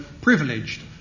privileged